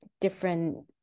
different